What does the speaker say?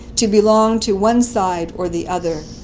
to belong to one side or the other.